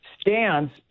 stands